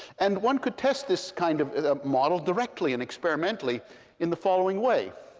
and one could test this kind of model directly and experimentally in the following way.